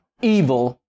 evil